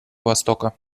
востока